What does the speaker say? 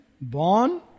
born